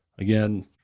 Again